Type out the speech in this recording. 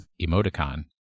emoticon